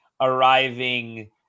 arriving